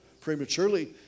prematurely